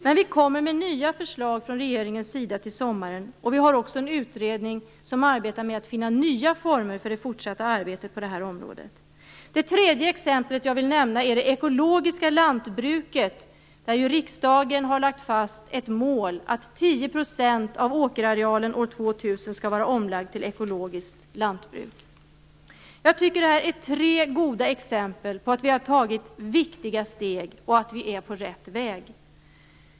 Men regeringen kommer med nya förslag till sommaren. Vi har också en utredning som arbetar med att finna nya former för det fortsatta arbetet på det här området. Det tredje exemplet jag vill nämna är det ekologiska lantbruket. Riksdagen har ju lagt fast målet att Jag tycker att detta är tre goda exempel på att vi har tagit viktiga steg och att vi är på rätt väg.